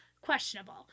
questionable